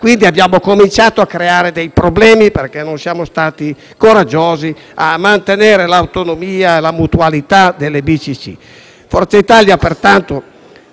Quindi abbiamo cominciato a creare dei problemi, perché non siamo stati coraggiosi nel mantenere l'autonomia e la mutualità delle BCC. Forza Italia pertanto